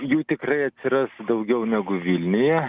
jų tikrai atsiras daugiau negu vilniuje